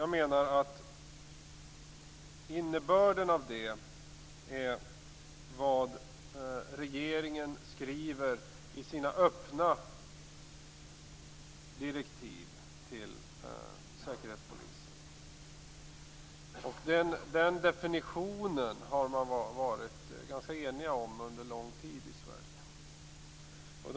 Jag menar att innebörden av det är vad regeringen skriver i sina öppna direktiv till Säkerhetspolisen. Den definitionen har man varit ganska enig om under lång tid i Sverige.